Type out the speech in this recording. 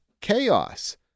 chaos